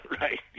right